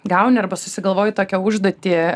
gauni arba susigalvoji tokią užduotį